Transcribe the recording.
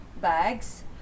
bags